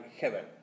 heaven